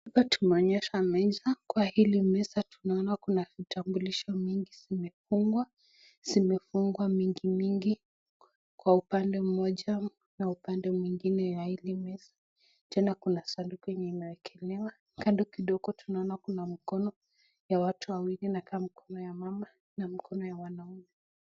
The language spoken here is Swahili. Hapa tumeonyeshwa meza, kwa hili meza tunaona kuna vitambulisho mingi zimefungwa, zimefungwa mingi mingi kwa upande mmoja na upande mwingine wa hii meza. Tena kuna sanduku yenye imewekelewa, kando kidogo tunaona kuna mkono ya watu wawili inakaa mkono ya mama na mkono ya wanaume.